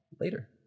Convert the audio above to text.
later